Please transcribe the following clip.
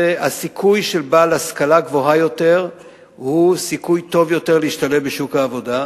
הסיכוי של בעל השכלה גבוהה יותר הוא סיכוי טוב יותר להשתלב בשוק העבודה.